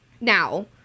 Now